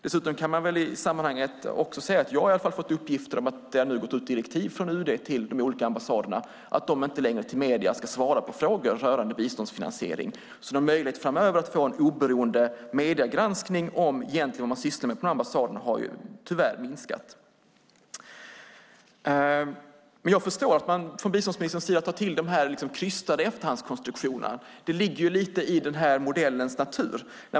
Dessutom kan jag i sammanhanget säga att jag har fått uppgifter om att det nu har gått ut direktiv från UD till de olika ambassaderna om att de inte längre ska svara på frågor från medier rörande biståndsfinansiering. Möjligheten att framöver få en oberoende mediegranskning av vad man egentligen sysslar med på ambassaderna har tyvärr minskat. Jag förstår att man från biståndsministerns sida tar till de krystade efterhandskonstruktionerna. Det ligger lite i den här modellens natur.